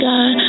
God